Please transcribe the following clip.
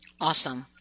Awesome